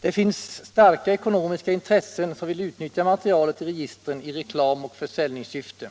Det finns starka ekonomiska intressen som vill utnyttja materialet i registren i reklamoch försäljningssyfte.